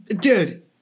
Dude